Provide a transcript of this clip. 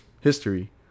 history